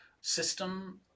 system